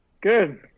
Good